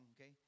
okay